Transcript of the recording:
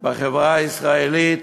בחברה הישראלית